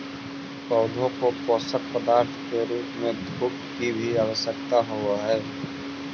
पौधों को पोषक पदार्थ के रूप में धूप की भी आवश्यकता होवअ हई